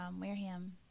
Wareham